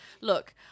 Look